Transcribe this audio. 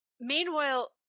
Meanwhile